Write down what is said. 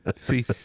See